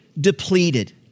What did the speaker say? depleted